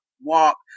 walk